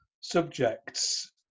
subjects